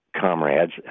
Comrades